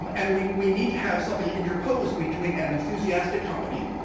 um and we we need to have something interposed between an enthusiastic company,